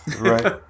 Right